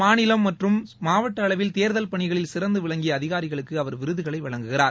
மாநிலம் மற்று மாவட்ட அளவில் தேர்தல் பணிகளில் சிறந்து விளங்கிய அதிகாரிகளுக்கு அவர் விருதுகளை வழங்குகிறார்